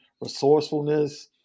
resourcefulness